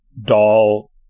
doll